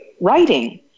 writing